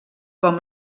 com